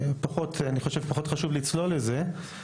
אני חושב שפחות חשוב לצלול לזה.